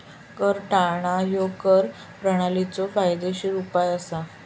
कर टाळणा ह्या कर प्रणालीचो कायदेशीर वापर असा